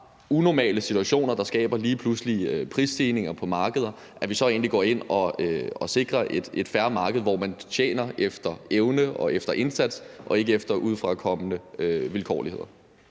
unormale situationer, der skaber pludselige prisstigninger på markeder, så går ind og sikrer et fair marked, hvor man tjener efter evne og efter indsats og ikke efter udefrakommende vilkårligheder?